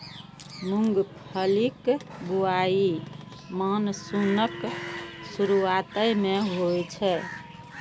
मूंगफलीक बुआई मानसूनक शुरुआते मे होइ छै